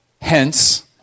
Hence